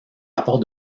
rapports